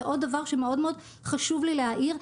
עוד דבר שמאוד חשוב לי להעיר.